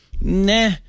nah